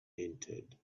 entered